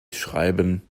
schreiben